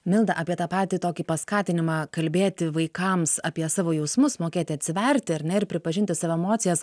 milda apie tą patį tokį paskatinimą kalbėti vaikams apie savo jausmus mokėti atsiverti ar ne ir pripažinti savo emocijas